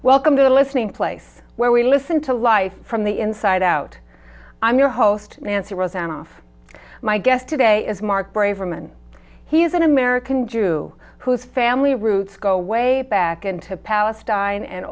welcome to the listening place where we listen to life from the inside out i'm your host nancy was an off my guest today is mark braverman he is an american jew whose family roots go way back in to palestine and